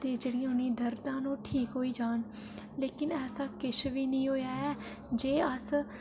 ते जेह्ड़ियां उ'नेंगी दर्दां न ओह् ठीक होई जान लेकिन ऐसा किश बी निं होआ ऐ जे अस